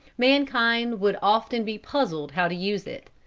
mankind would often be puzzled how to use it.